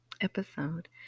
episode